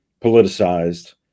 politicized